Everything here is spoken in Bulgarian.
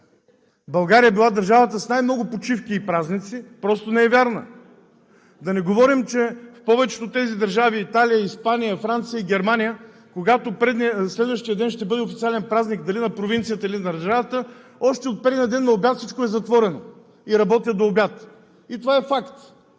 България била държавата с най-много почивки и празници, просто не е вярно. Да не говорим, че в повечето от тези държави – Италия, Испания, Франция и Германия, когато следващият ден ще бъде официален празник – дали на провинцията, или на държавата, още предния ден на обяд всичко е затворено – работят до обяд. Това е факт!